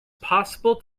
possible